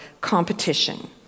competition